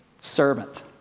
servant